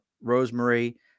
rosemary